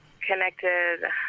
connected